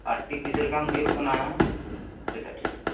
ᱟᱴ T ᱯᱤᱥᱨᱮ ᱠᱷᱟᱱ ᱦᱩᱭᱩᱜ ᱠᱟᱱᱟ ᱯᱮᱭᱥᱮᱴᱴᱤ ᱴᱟᱠᱟ